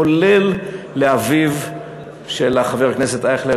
כולל לאביו של חבר הכנסת אייכלר,